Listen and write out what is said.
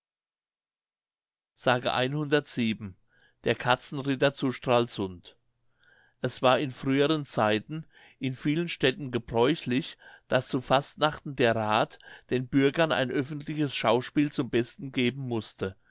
der katzenritter zu stralsund es war in früheren zeiten in vielen städten gebräuchlich daß zu fastnachten der rath den bürgern ein öffentliches schauspiel zum besten geben mußte